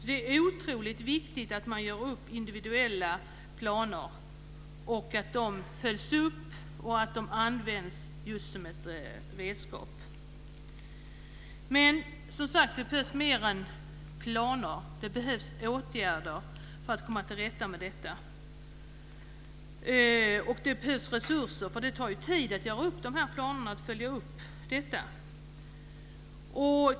Det är otroligt viktigt att man gör upp individuella planer och att de följs upp och används just som ett redskap. Det behövs mer än planer. Det behövs åtgärder för att komma till rätta med detta, och det behövs resurser. Det tar tid att göra upp planerna och att följa upp dem.